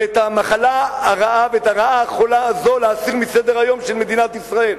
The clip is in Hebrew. ואת המחלה הרעה ואת הרעה החולה הזאת להסיר מסדר-היום של מדינת ישראל.